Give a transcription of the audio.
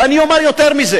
ואני אומר יותר מזה,